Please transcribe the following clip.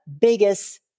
biggest